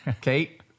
Kate